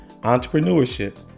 entrepreneurship